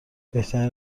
بهترین